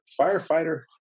firefighter